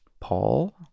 Paul